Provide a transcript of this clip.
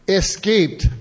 escaped